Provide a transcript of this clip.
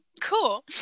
Cool